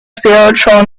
spiritual